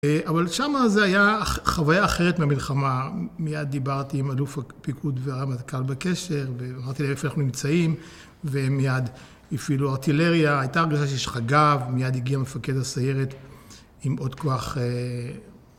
אבל שמה זה היה חוויה אחרת מהמלחמה, מיד דיברתי עם אלוף הפיקוד והרמטכ"ל בקשר ואמרתי להם איפה אנחנו נמצאים, ומיד הפעילו ארטילריה הייתה הרגשה שיש חגיו, מיד הגיע מפקד הסיירת עם עוד כוח